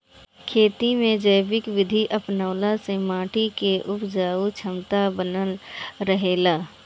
खेती में जैविक विधि अपनवला से माटी के उपजाऊ क्षमता बनल रहेला